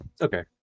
Okay